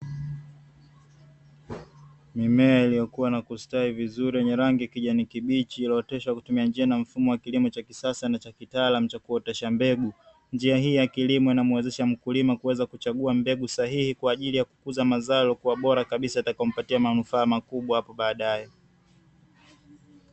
Mimea iliyokua na kustawi vizuri yenye rangi ya kijani kibichi, iliyooteshwa kwa kutumia kilimo cha mfumo wa kisasa na cha kitaalamu cha kuoteshea cha mbegu. Njia hii ya kilimo inamwezesha mkulima kuweza kuchagua mbegu sahihi, kwa ajili ya kukuza mazao yaliyokuwa bora kabisa yatakayompatia manufaa makubwa hapo baadaye.